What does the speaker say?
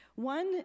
One